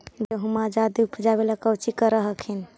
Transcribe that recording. गेहुमा जायदे उपजाबे ला कौची कर हखिन?